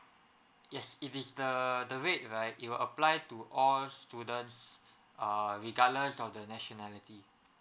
yes it is the the rate right it will apply to all students err regardless of the nationality